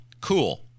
Cool